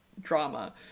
drama